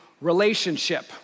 relationship